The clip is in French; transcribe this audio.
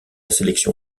sélection